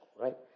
right